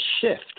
shift